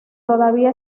todavía